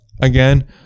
again